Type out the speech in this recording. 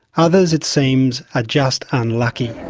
others it seems are just unlucky.